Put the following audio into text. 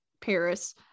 paris